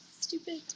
Stupid